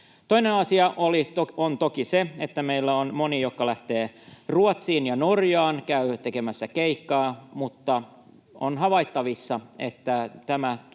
Toinen asia on toki se, että meillä on monia, jotka lähtevät Ruotsiin ja Norjaan, käyvät tekemässä keikkaa. Mutta on havaittavissa, että tämä on